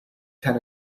ten